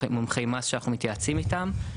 מומחי מס שאנחנו מתייעצים איתם,